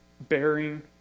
bearing